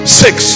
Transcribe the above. six